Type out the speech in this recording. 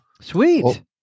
Sweet